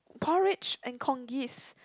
porridge and congee is